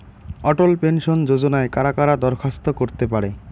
অটল pension যোজনায় কারা কারা দরখাস্ত করতে পারে?